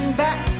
back